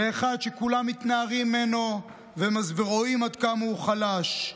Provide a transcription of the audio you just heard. לאחד שכולם מתנערים ממנו ורואים עד כמה הוא חלש,